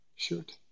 Shoot